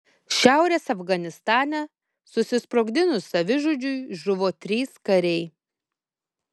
šiaurės afganistane susisprogdinus savižudžiui žuvo trys kariai